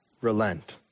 relent